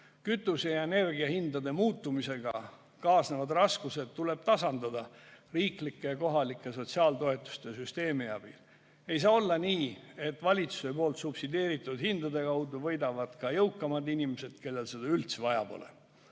Kütuse- ja energiahindade muutmisega kaasnevad raskused tuleb tasandada riiklike ja kohalike sotsiaaltoetuste süsteemi abil. Ei saa olla nii, et valitsuse subsideeritud hindade kaudu võidavad ka jõukamad inimesed, kellel seda üldse vaja pole.